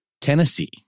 Tennessee